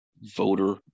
voter